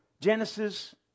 Genesis